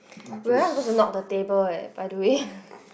we're not supposed to knock the table leh by the way